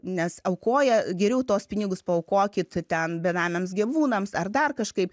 nes aukoja geriau tuos pinigus paaukokit ten benamiams gyvūnams ar dar kažkaip